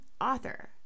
author